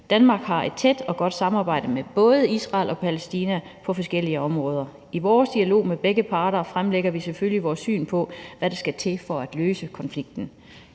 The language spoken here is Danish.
Danmark har et tæt og godt samarbejde med både Israel og Palæstina på forskellige områder. I vores dialog med begge parter fremlægger vi selvfølgelig vores syn på, hvad der skal til for at løse konflikten.